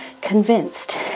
convinced